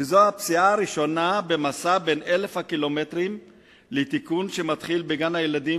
שזו הפסיעה הראשונה במסע בן אלף הקילומטרים לתיקון שמתחיל בגן-הילדים,